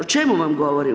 O čemu vam govorim?